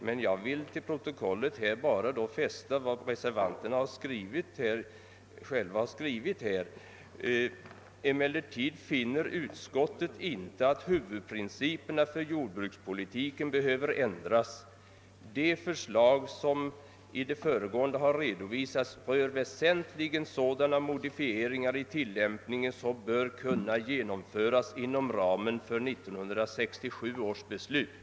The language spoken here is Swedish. Men jag vill till protokollet få intaget vad reservanterna själva har skrivit: >Emellertid finner utskottet inte att huvudprinciperna för jordbrukspolitiken behöver ändras. De förslag som i det föregående har redovisats rör väsentligen sådana modifieringar i tillämpningen som bör kunna genomföras inom ramen för 1967 års beslut.»